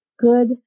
good